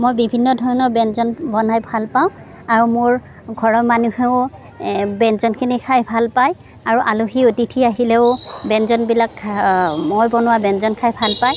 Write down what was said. মই বিভিন্ন ধৰণৰ ব্য়ঞ্জন বনাই ভাল পাওঁ আৰু মোৰ ঘৰৰ মানুহেও ব্যঞ্জনখিনি খাই ভাল পায় আৰু আলহী অতিথি আহিলেও ব্যঞ্জনবিলাক মই বনোৱা ব্যঞ্জন খাই ভাল পায়